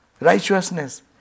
Righteousness